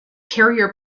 carrier